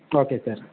okay sir